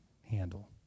handle